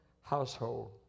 household